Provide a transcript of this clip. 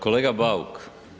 Kolega Bauk.